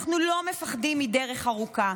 אנחנו לא מפחדים מדרך ארוכה.